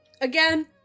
Again